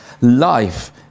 life